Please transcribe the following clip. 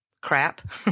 crap